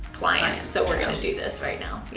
like so we're gonna do this right now. yeah,